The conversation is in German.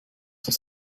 was